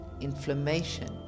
inflammation